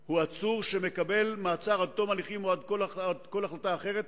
מקבל מעצר עד תום ההליכים או עד כל החלטה אחרת,